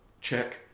check